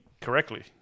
correctly